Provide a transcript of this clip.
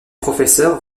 professeurs